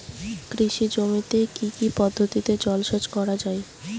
কৃষি জমিতে কি কি পদ্ধতিতে জলসেচ করা য়ায়?